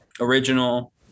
original